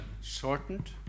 shortened